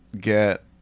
get